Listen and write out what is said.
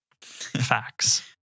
facts